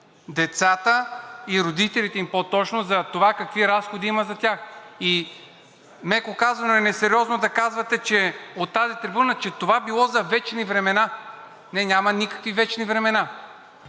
децата и родителите им по-точно за това какви разходи има за тях. И меко казано е несериозно да казвате от тази трибуна, че това било за вечни времена. Не, няма никакви вечни времена.